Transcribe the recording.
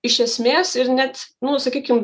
iš esmės ir net nu sakykim